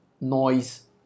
noise